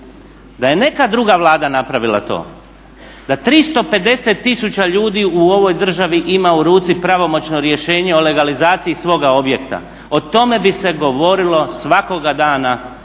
Da je neka druga Vlada napravila to da 350 tisuća ljudi ima u ruci pravomoćno rješenje o legalizaciji svoga objekta o tome bi se govorilo svakoga dana jako,